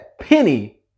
penny